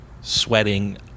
sweating